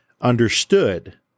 understood